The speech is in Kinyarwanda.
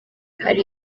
hari